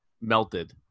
melted